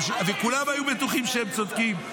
וכולם היו בטוחים שהם צודקים.